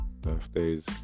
birthdays